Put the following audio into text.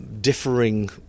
differing